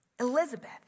Elizabeth